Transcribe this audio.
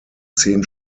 zehn